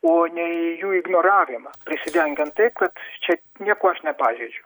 o ne į jų ignoravimą prisidengiant tai kad čia niekuo aš nepažeidžiu